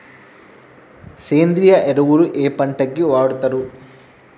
సేంద్రీయ ఎరువులు ఏ పంట కి వాడుతరు?